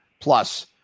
plus